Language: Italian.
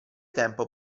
tempo